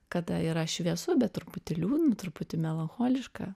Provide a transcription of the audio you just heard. kada yra šviesu bet truputį liūdn truputį melancholiška